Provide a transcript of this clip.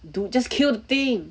dude just kill the thing